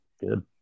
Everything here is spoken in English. good